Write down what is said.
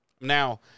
Now